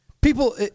People